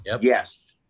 Yes